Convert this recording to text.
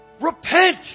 repent